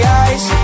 eyes